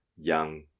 young